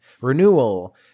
renewal